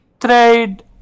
trade